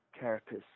carapace